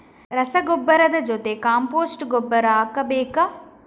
ರಸಗೊಬ್ಬರದ ಜೊತೆ ಕಾಂಪೋಸ್ಟ್ ಗೊಬ್ಬರ ಹಾಕಬೇಕಾ?